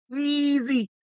easy